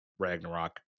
Ragnarok